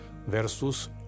versus